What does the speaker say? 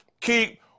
keep